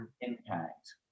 impact